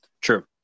True